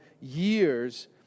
years